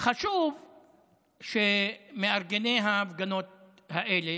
חשוב שמארגני ההפגנות האלה,